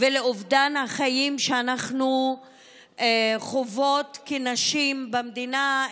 ואובדן החיים שאנחנו חוות כנשים במדינה,